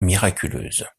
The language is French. miraculeuse